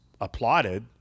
applauded